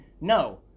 No